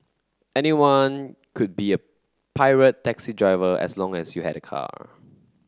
anyone could be a pirate taxi driver as long as you had a car